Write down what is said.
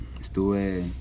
estuve